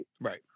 Right